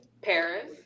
Paris